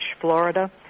Florida